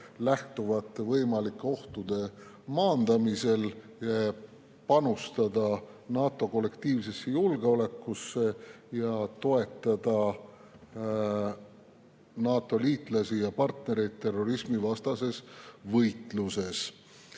lähtuvate võimalike ohtude maandamisele, panustada NATO kollektiivsesse julgeolekusse ja toetada NATO-liitlasi ja partnereid terrorismivastases võitluses.